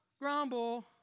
grumble